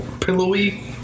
pillowy